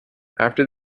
after